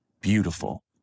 beautiful